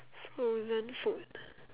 frozen food